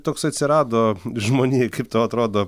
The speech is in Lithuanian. toks atsirado žmonijai kaip tau atrodo